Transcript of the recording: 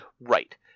Right